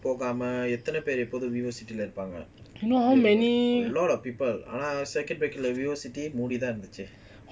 போகாமஎத்தனைபெரு:pogama ethana peru vivo city a lot of people circuit breaker vivo city மூடிதான்இருந்துச்சு:moodithan irunthuchu